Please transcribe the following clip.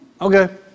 okay